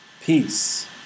peace